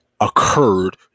occurred